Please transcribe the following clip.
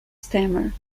stammer